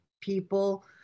people